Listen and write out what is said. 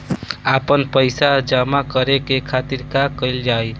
आपन पइसा जमा करे के खातिर का कइल जाइ?